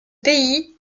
pays